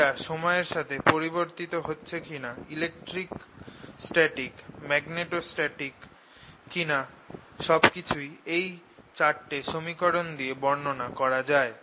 এরা সময়ের সাথে পরিবর্তিত হচ্ছে কিনা ইলেকট্রস্ট্যাটিক মাগনেটোস্ট্যাটিক কিনা সব কিছুই এই 4 টে সমীকরণ দিয়ে বর্ণনা করা যায়